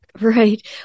Right